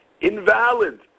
invalid